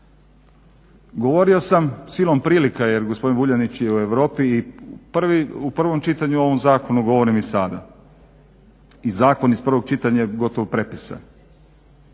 Govorio sam silom prilika jer gospodin Vuljanić je u Europi i u prvom čitanju ovoga zakona govorim i sada i zakon iz prvog čitanja je gotovo prepisan